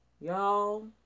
Y'all